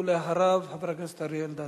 ולאחריו, חבר הכנסת אריה אלדד.